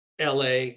la